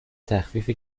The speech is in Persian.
تخفیف